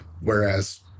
Whereas